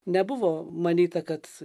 nebuvo manyta kad